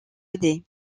aider